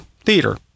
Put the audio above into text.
theater